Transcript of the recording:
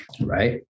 Right